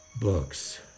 books